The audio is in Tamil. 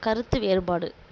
கருத்து வேறுபாடு